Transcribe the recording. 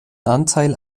anteil